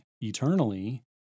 eternally